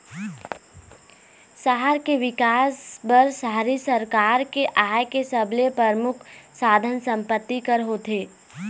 सहर के बिकास बर शहरी सरकार के आय के सबले परमुख साधन संपत्ति कर होथे